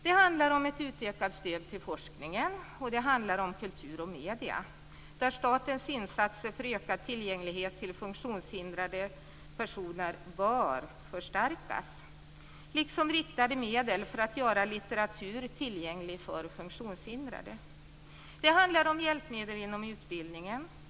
Det handlar om ett utökat stöd till forskningen, och det handlar om kultur och medier, där statens insatser för ökad tillgänglighet för funktionshindrade personer bör förstärkas. Det behövs också riktade medel för att göra litteratur tillgänglig för funktionshindrade. Det handlar om hjälpmedel inom utbildningen.